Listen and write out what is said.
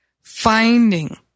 finding